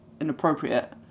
inappropriate